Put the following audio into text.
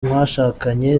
mwashakanye